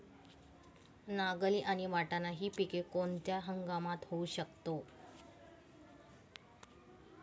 नागली आणि वाटाणा हि पिके कोणत्या हंगामात घेऊ शकतो?